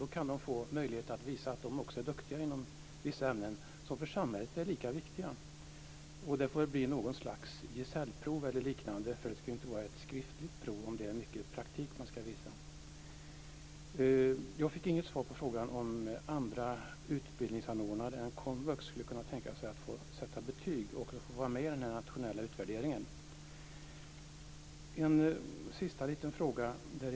Då kan de få en möjlighet att visa att de också är duktiga i vissa ämnen som för samhället är lika viktiga. Det får väl bli något slags gesällprov eller liknande. Det ska ju inte vara ett skriftligt prov om man ska visa mycket praktik. Jag fick inget svar på frågan om andra utbildningsanordnare än komvux skulle kunna tänkas få sätta betyg och också få vara med i den nationella utvärderingen. Jag har en sista liten fråga.